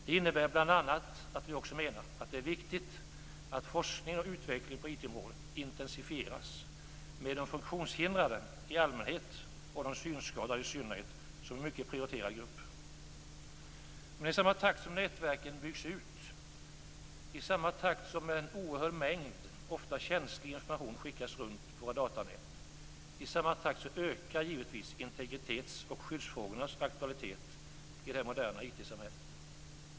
Det innebär bl.a. att det är viktigt att forskning och utveckling på IT-området intensifieras, med de funktionshindrade i allmänhet och de synskadade i synnerhet som en mycket prioriterad grupp. I samma takt som nätverken byggs ut och en oerhörd mängd, ofta känslig, information skickas runt på våra datanät, ökar givetvis integritets och skyddsfrågornas aktualitet i det moderna IT-samhället.